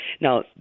Now